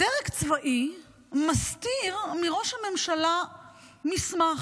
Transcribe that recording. דרג צבאי מסתיר מראש הממשלה מסמך,